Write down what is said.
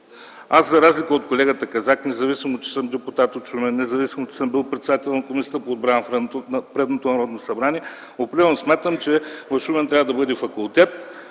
Аз за разлика от колегата казах, независимо че съм депутат от Шумен, независимо, че съм бил председател на Комисията по отбрана в предното Народно събрание, определено смятам, че в Шумен трябва да бъде факултет,